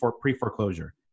pre-foreclosure